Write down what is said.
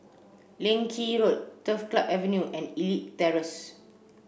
Leng Kee Road Turf Club Avenue and Elite Terrace